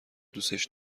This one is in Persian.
دوستش